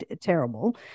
terrible